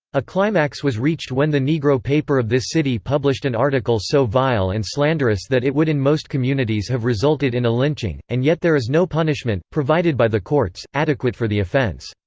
a climax was reached when the negro paper of this city published an article so vile and slanderous that it would in most communities have resulted in a lynching, and yet there is no punishment, provided by the courts, adequate for the offense.